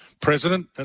president